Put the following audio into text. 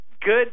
good